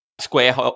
square